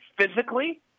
physically